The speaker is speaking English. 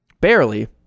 Barely